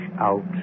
out